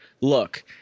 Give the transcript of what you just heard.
Look